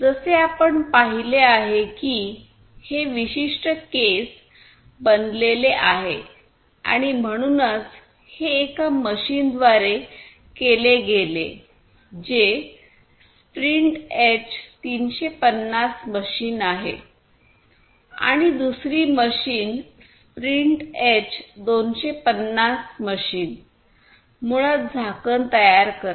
जसे आपण पाहिले आहे की हे विशिष्ट केस बनलेले आहे आणि म्हणूनच हे एका मशीनद्वारे केले गेले जे स्प्रींट एच 350 मशीन आहे आणि दुसरी मशीन स्प्रिंट एच 250 मशीन मुळात झाकण तयार करते